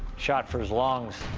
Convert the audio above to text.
shot for his lungs.